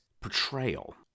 portrayal